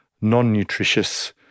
non-nutritious